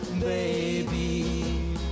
baby